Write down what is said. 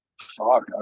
Fuck